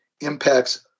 impacts